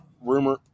Rumor